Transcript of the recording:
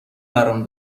برام